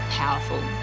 powerful